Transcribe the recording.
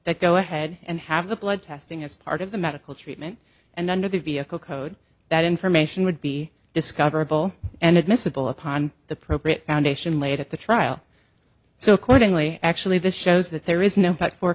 that go ahead and have the blood testing as part of the medical treatment and under the vehicle code that information would be discoverable and admissible upon the probate foundation laid at the trial so accordingly actually this shows that there is no fact for